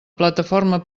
plataforma